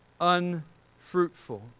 unfruitful